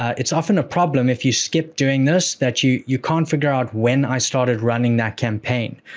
it's often a problem, if you skip doing this, that you you can't figure out when i started running that campaign.